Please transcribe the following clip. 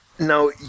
Now